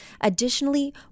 Additionally